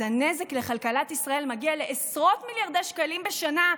הנזק לכלכלת ישראל מגיע לעשרות מיליארדי שקלים בשנה.